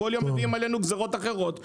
כל יום מפילים עלינו גזירות אחרות,